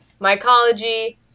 mycology